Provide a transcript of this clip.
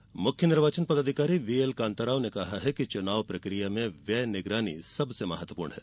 निर्वाचन कार्यशाला मुख्य निर्वाचन पदाधिकारी व्हीएल कान्ता राव ने कहा है कि चुनाव प्रक्रिया में व्यय निगरानी सबसे महत्वपूर्ण है